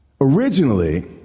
Originally